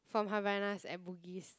from Havaianas at Bugis